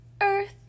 Earth